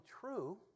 true